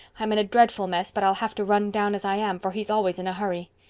i'm in a dreadful mess but i'll have to run down as i am, for he's always in a hurry.